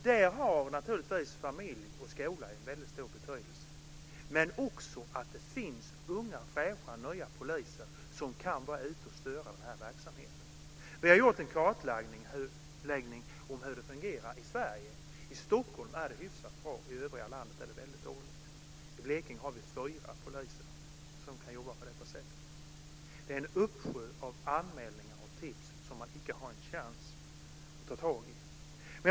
Där har naturligtvis familj och skola en väldigt stor betydelse, men också att det finns unga, fräscha, nya poliser som kan vara ute och störa den här verksamheten. Vi har gjort en kartläggning av hur det fungerar i Sverige. I Stockholm är det hyfsat bra, i övriga landet väldigt dåligt. I Blekinge har vi fyra poliser som kan jobba på detta sätt. Det är en uppsjö av anmälningar och tips som man icke har en chans att ta tag i.